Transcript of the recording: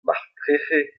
marteze